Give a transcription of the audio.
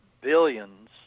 billions